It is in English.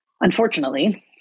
unfortunately